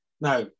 Now